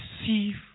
receive